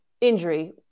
injury